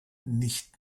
nicht